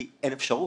כי אין אפשרות,